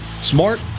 smart